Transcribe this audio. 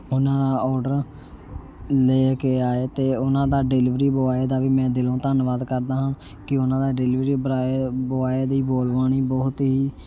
ਉਹਨਾਂ ਦਾ ਔਡਰ ਲੈ ਕੇ ਆਏ ਅਤੇ ਉਹਨਾਂ ਦਾ ਡਿਲੀਵਰੀ ਬੋਆਏ ਦਾ ਵੀ ਮੈਂ ਦਿਲੋਂ ਧੰਨਵਾਦ ਕਰਦਾ ਹਾਂ ਕਿ ਉਹਨਾਂ ਦਾ ਡਿਲੀਵਰੀ ਬਰਾਏ ਬੋਆਏ ਦੀ ਬੋਲਬਾਣੀ ਬਹੁਤ ਹੀ